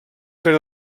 pren